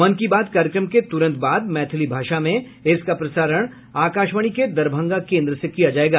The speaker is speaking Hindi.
मन की बात कार्यक्रम के तुरंत बाद मैथिली भाषा में इसका प्रसारण आकाशवाणी के दरभंगा केन्द्र से किया जायेगा